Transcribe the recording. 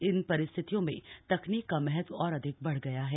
इन परिस्थितियों में तकनीक का महत्व और अधिक बढ़ गया है